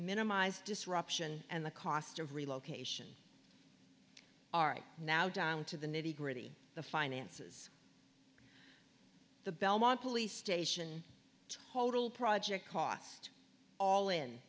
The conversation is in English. minimize disruption and the cost of relocation are now down to the nitty gritty the finances the belmont police station total project cost all in